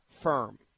firm